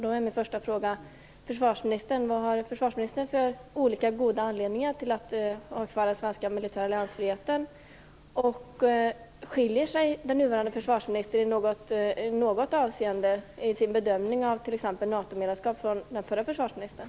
Då är min första fråga: Vad har försvarsministern för olika goda anledningar till att omfatta den svenska militära alliansfriheten? Skiljer sig den nuvarande försvarsministern i något avseende i sin bedömning av t.ex. NATO-medlemskap jämfört med den förre försvarsministern?